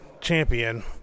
champion